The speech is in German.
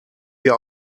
wir